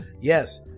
Yes